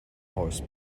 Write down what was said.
horse